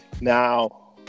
Now